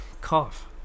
cough